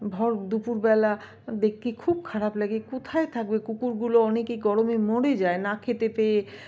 ভরদুপুরবেলা দেখতে খুব খারাপ লাগে কোথায় থাকবে কুকুরগুলো অনেকে গরমে মরে যায় না খেতে পেয়ে